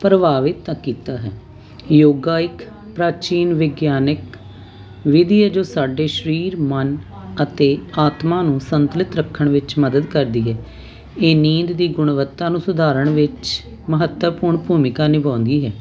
ਪ੍ਰਭਾਵਿਤ ਕੀਤਾ ਹੈ ਯੋਗਾ ਇੱਕ ਪ੍ਰਾਚੀਨ ਵਿਗਿਆਨਿਕ ਵਿਧੀ ਜੋ ਸਾਡੇ ਸਰੀਰ ਮਨ ਅਤੇ ਆਤਮਾ ਨੂੰ ਸੰਤੁਲਿਤ ਰੱਖਣ ਵਿੱਚ ਮਦਦ ਕਰਦੀ ਹੈ ਇਹ ਨੀਂਦ ਦੀ ਗੁਣਵੱਤਾ ਨੂੰ ਸੁਧਾਰਨ ਵਿੱਚ ਮਹੱਤਵਪੂਰਨ ਭੂਮਿਕਾ ਨਿਭਾਉਂਦੀ ਹੈ